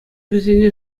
вӗсене